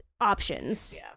options